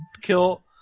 kill